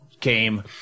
came